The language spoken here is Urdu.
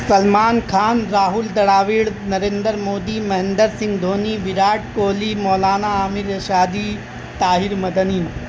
سلمان خان راہل دراوڈ نریندر مودی مہندر سنگھ دھونی وراٹ کوہلی مولانا عامر ارشادی طاہر مدنی